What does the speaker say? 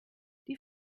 die